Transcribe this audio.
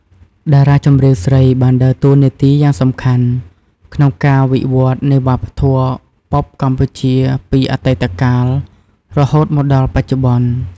តារាចម្រៀងស្រីបានដើរតួនាទីយ៉ាងសំខាន់ក្នុងការវិវត្តន៍នៃវប្បធម៌ប៉ុបកម្ពុជាពីអតីតកាល រហូតមកដល់បច្ចុប្បន្ន។